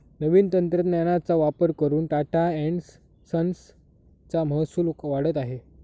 नवीन तंत्रज्ञानाचा वापर करून टाटा एन्ड संस चा महसूल वाढत आहे